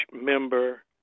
member